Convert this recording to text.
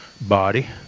body